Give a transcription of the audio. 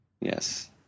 Yes